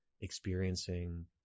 experiencing